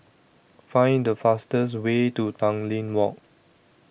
Find The fastest Way to Tanglin Walk